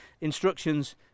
instructions